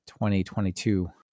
2022